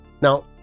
Now